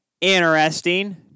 interesting